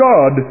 God